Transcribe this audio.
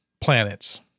planets